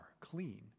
clean